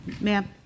Ma'am